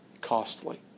costly